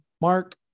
Mark